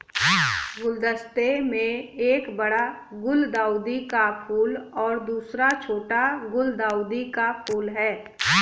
गुलदस्ते में एक बड़ा गुलदाउदी का फूल और दूसरा छोटा गुलदाउदी का फूल है